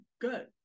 good